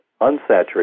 unsaturated